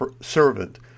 servant